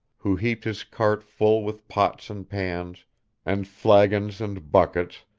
who heaped his cart full with pots and pans and flagons and buckets,